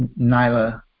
Nyla